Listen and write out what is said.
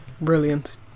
brilliant